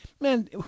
Man